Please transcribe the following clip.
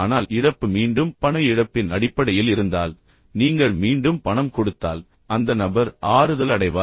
ஆனால் இழப்பு மீண்டும் பண இழப்பின் அடிப்படையில் இருந்தால் நீங்கள் மீண்டும் பணம் கொடுத்தால் அந்த நபர் ஆறுதல் அடைவார்